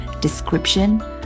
description